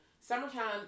Summertime